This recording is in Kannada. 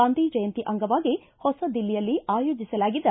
ಗಾಂಧಿ ಜಯಂತಿ ಅಂಗವಾಗಿ ಹೊಸ ದಿಲ್ಲಿಯಲ್ಲಿ ಆಯೋಜಿಸಲಾಗಿದ್ದ